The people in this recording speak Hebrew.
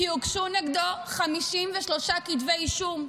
כי הוגשו נגדו 53 כתבי אישום.